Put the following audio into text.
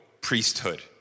priesthood